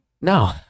No